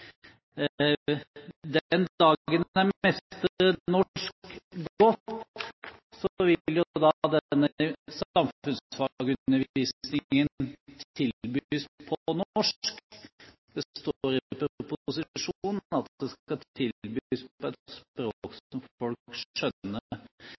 Den dagen de mestrer norsk godt, vil denne samfunnsfagundervisningen tilbys på norsk. Det står i proposisjonen at det skal tilbys på et